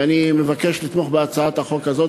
ואני מבקש לתמוך בהצעת החוק הזאת,